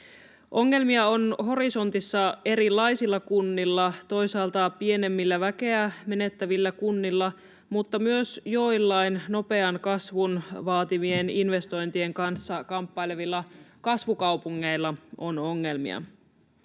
Ongelmia on horisontissa erilaisilla kunnilla: toisaalta pienemmillä, väkeä menettävillä kunnilla, mutta myös joillain nopean kasvun vaatimien investointien kanssa kamppailevilla kasvukaupungeilla on ongelmia.